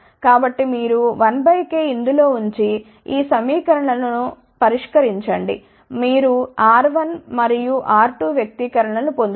కాబట్టి మీరు 1 k ఇందులో ఉంచి ఈ 2 సమీకరణాలను పరిష్కరించండి మీరు R1 మరియు R2 వ్యక్తీకరణ లను పొందుతారు